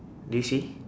do you see